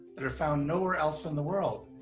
that are found nowhere else in the world.